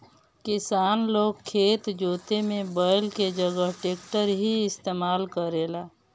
किसान लोग खेत जोते में बैल के जगह ट्रैक्टर ही इस्तेमाल करेला